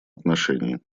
отношении